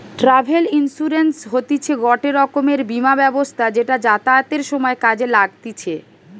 travel insurance হতিছে গটে রকমের বীমা ব্যবস্থা যেটা যাতায়াতের সময় কাজে লাগতিছে